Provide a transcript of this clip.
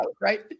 right